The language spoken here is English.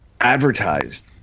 advertised